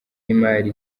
y’imari